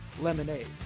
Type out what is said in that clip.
lemonade